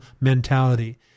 mentality